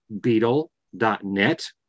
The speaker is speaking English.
beetle.net